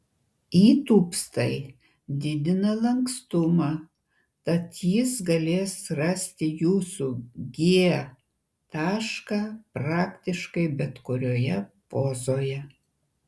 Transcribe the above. įtūpstai didina lankstumą tad jis galės rasti jūsų g tašką praktiškai bet kurioje pozoje